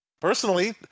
personally